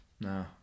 No